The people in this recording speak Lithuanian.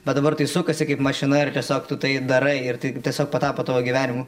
bet dabar tai sukasi kaip mašina ir tiesiog tu tai darai ir tai tiesiog patapo tavo gyvenimu